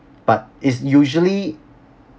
but is usually